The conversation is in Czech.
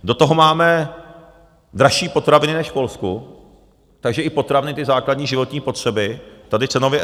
Do toho máme dražší potraviny než v Polsku, takže i potraviny, ty základní životní potřeby, tady cenově eskalují.